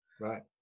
right